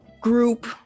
group